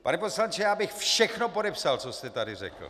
Pane poslanče, já bych všechno podepsal, co jste tady řekl.